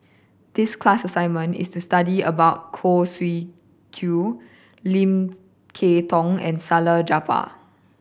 this class assignment was to study about Khoo Swee Chiow Lim Kay Tong and Salleh Japar